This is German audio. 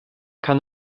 kann